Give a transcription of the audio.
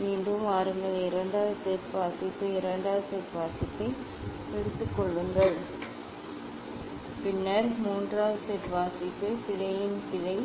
நீங்கள் அதைத் தொந்தரவு செய்துவிட்டு மீண்டும் வாருங்கள் இரண்டாவது செட் வாசிப்பு இரண்டாவது செட் வாசிப்பை எடுத்துக் கொள்ளுங்கள் பின்னர் மூன்றாவது செட் வாசிப்பு பிழையின் பிழை